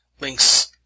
links